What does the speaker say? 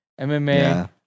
MMA